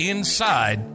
Inside